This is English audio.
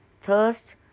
thirst